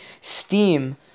steam